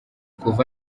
kuva